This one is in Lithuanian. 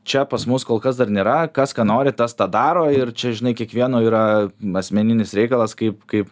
čia pas mus kol kas dar nėra kas ką nori tas tą daro ir čia žinai kiekvieno yra asmeninis reikalas kaip kaip